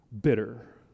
bitter